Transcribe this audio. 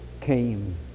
came